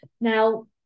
Now